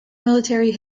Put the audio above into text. military